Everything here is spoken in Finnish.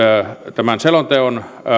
tämän selonteon